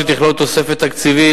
שתכלול תוספת תקציבית,